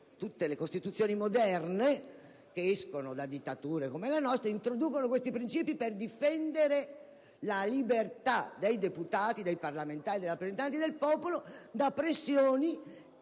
Tutte le Costituzioni moderne, come la nostra, che escono da dittature, introducono questi principi per difendere la libertà dei deputati, dei parlamentari, dei rappresentanti del popolo da pressioni